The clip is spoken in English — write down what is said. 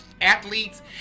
athletes